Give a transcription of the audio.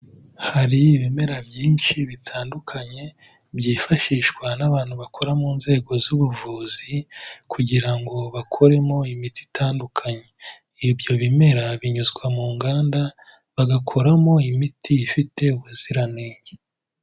Hari ibimera byinshi bitandukanye byifashishwa n'abantu bakora mu nzego z'ubuvuzi kugira ngo bakumo imiti itandukanye, ibyo bimera binyuzwa mu nganda bagakoramo imiti ifite ubuziranenge.